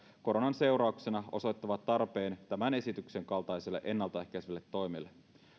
koronan seurauksena osoittavat tarpeen tämän esityksen kaltaiselle ennaltaehkäisevälle toimelle